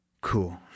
Cool